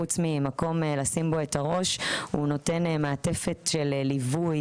חוץ ממקום לשים בו את הראש הוא נותן מעטפת של ליווי